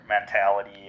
mentality